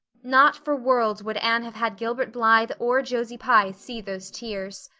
not for worlds would anne have had gilbert blythe or josie pye see those tears.